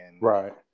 Right